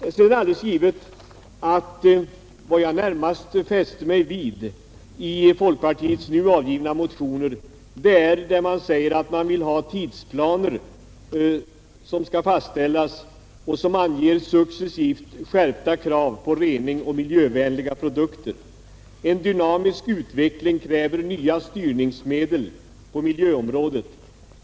Vad jag närmast fäst mig vid i folkpartiets nu avgivna motioner är följande uttalanden: ”Tidsplaner måste fastställas som anger successivt skärpta krav på rening och miljövänliga produkter. En dynamisk utveckling kräver nya styrningsmedel på miljöområdet.